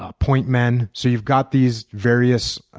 ah point men. so you've got these various